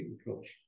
approach